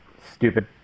stupid